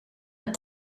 een